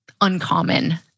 uncommon